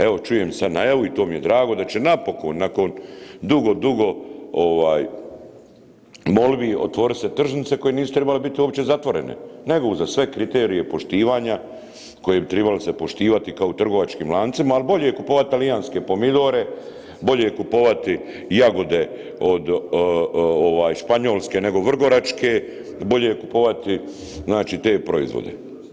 Evo čujem sad najavu i to mi je drago da će napokon nakon dugo, dugo molbi otvorit se tržnice koje nisu trebale uopće zatvorene, nego uza sve kriterije poštivanja koje bi tribali se poštivati kao u trgovačkim lancima, ali bolje je kupovati talijanske pomidore, bolje je kupovati jagode od ovaj Španjolske nego Vrgoračke, bolje je kupovati znači te proizvode.